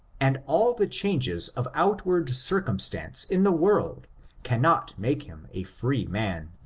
and all the changes of outward circumstance in the world cannot make him a free man.